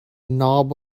knob